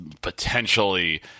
potentially